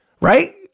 right